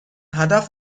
هدف